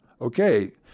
okay